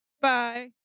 bye